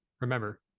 Remember